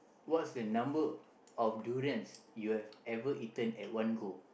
what's the number of durians you have ever eaten at one go